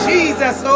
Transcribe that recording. Jesus